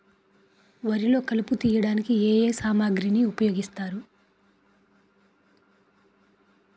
వరిలో కలుపు తియ్యడానికి ఏ ఏ సామాగ్రి ఉపయోగిస్తారు?